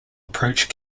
approach